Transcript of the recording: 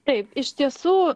taip iš tiesų